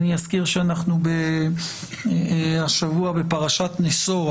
אזכיר שאנחנו השבוע בפרשת נשא,